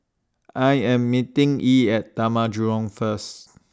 I Am meeting Yee At Taman Jurong First